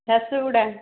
Jharsuguda